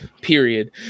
period